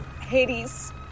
Hades